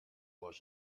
wash